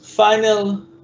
final